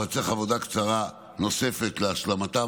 אבל צריך עבודה קצרה נוספת להשלמתם.